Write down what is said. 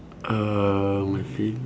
uh my fav~